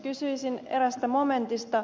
kysyisin eräästä momentista